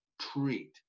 treat